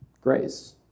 grace